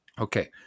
Okay